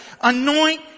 anoint